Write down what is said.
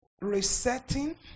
resetting